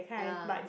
ya